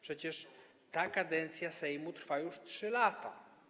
Przecież ta kadencja Sejmu trwa już 3 lata.